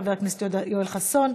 חבר הכנסת יואל חסון,